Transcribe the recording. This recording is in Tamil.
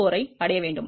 4 ஐ அடைய வேண்டும்